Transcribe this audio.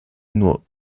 nur